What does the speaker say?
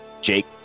Jake